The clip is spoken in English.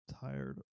Tired